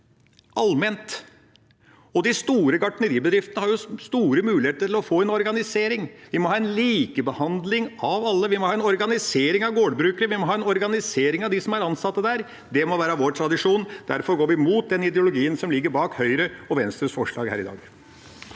de store gartneribedriftene har store muligheter til å få til en organisering. Vi må ha en likebehandling av alle. Vi må ha en organisering av gårdsbruket, vi må ha en organisering av de som er ansatte der. Det må være vår tradisjon. Derfor går vi mot den ideologien som ligger bak Høyres og Venstres forslag her i dag.